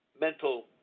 mental